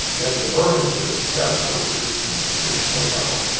and the burlington at casper was was snowbound,